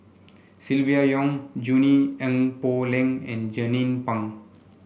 Silvia Yong Junie Ng Poh Leng and Jernnine Pang